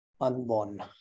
unborn